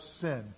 sin